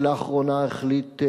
שלאחרונה החליט,